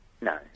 No